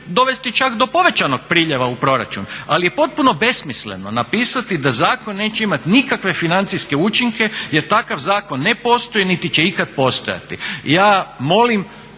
dovesti čak do povećanog priljeva u proračun. Ali je potpuno besmisleno napisati da zakon neće imati nikakve financijske učinke jer takav zakon ne postoji niti će ikad postojati. Ja molim